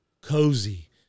cozy